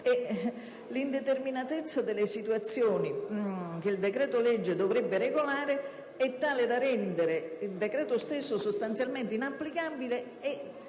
L'indeterminatezza delle situazioni che il decreto-legge dovrebbe regolare è tale da rendere quest'ultimo sostanzialmente inapplicabile e